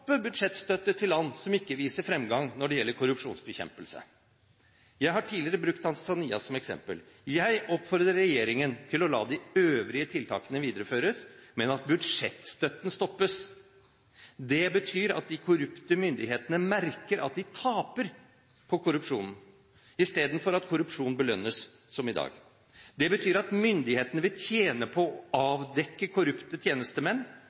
budsjettstøtte til land som ikke viser fremgang når det gjelder korrupsjonsbekjempelse. Jeg har tidligere brukt Tanzania som eksempel. Jeg oppfordrer regjeringen til å la de øvrige tiltakene videreføres, men stoppe budsjettstøtten. Det betyr at de korrupte myndighetene merker at de taper på korrupsjonen, i stedet for at korrupsjon belønnes, som i dag. Det betyr at myndighetene vil tjene på å avdekke korrupte tjenestemenn